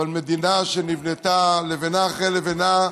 מדינה שנבנתה לבנה אחר לבנה,